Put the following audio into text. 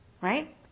Right